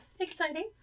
Exciting